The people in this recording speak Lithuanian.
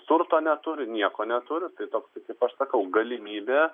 turto neturiu nieko neturiu tai toks tai kaip aš sakau galimybė